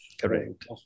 Correct